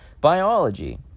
Biology